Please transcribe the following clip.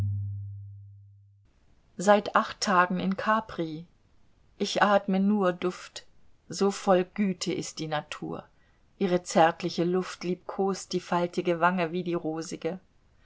seit acht tagen in capri ich atme nur duft so voll güte ist die natur ihre zärtliche luft liebkost die faltige wange wie die rosige